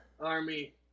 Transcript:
Army